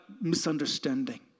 misunderstanding